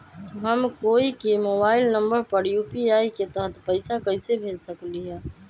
हम कोई के मोबाइल नंबर पर यू.पी.आई के तहत पईसा कईसे भेज सकली ह?